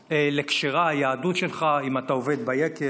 לכשרה היהדות שלך אם אתה עובד ביקב,